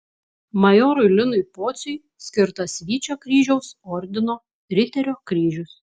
majorui linui pociui skirtas vyčio kryžiaus ordino riterio kryžius